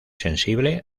sensible